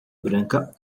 branca